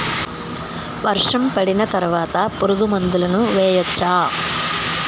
వర్షం పడిన తర్వాత పురుగు మందులను వేయచ్చా?